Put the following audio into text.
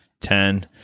Ten